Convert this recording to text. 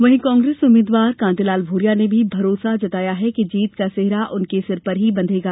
वहीं कांग्रेस उम्मीदवार कांतिलाल भूरिया ने भी भरोसा जताया कि जीत का सेहरा उनके सिर ही बंधेगा